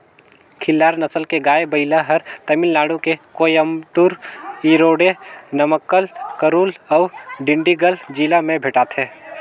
खिल्लार नसल के गाय, बइला हर तमिलनाडु में कोयम्बटूर, इरोडे, नमक्कल, करूल अउ डिंडिगल जिला में भेंटाथे